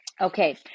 Okay